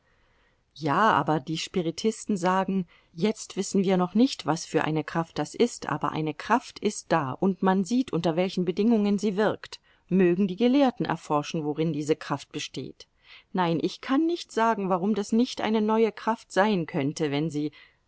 ja aber die spiritisten sagen jetzt wissen wir noch nicht was für eine kraft das ist aber eine kraft ist da und man sieht unter welchen bedingungen sie wirkt mögen die gelehrten erforschen worin diese kraft besteht nein ich kann nicht sagen warum das nicht eine neue kraft sein könnte wenn sie